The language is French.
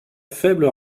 faible